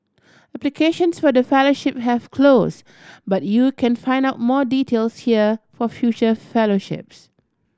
applications for the fellowship have closed but you can find out more details here for future fellowships